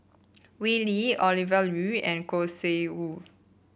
Wee Lin Ovidia Yu and Khoo Sui Hoe